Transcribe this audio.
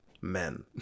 men